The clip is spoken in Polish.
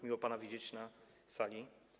Miło pana widzieć na sali.